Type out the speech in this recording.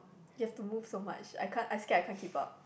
you have to move so much I can't I scare I can't keep up